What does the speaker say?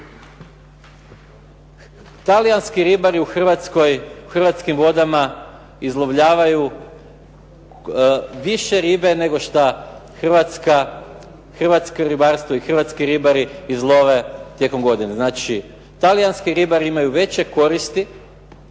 Talijanski ribari u Hrvatskoj, u hrvatskim vodama izlovljavaju više ribe nego šta Hrvatska, hrvatsko ribarstvo i hrvatski ribari izlove tijekom godine. Znači talijanski ribari imaju veće koristi